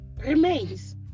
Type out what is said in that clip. remains